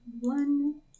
One